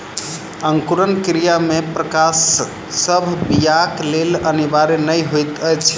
अंकुरण क्रिया मे प्रकाश सभ बीयाक लेल अनिवार्य नै होइत अछि